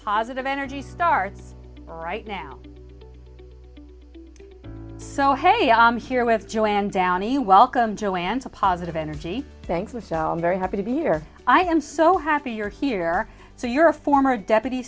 positive energy starts right now so hey i'm here with joanne downie welcome joanne to positive energy thank you so i'm very happy to be here i am so happy you're here so you're a former deputy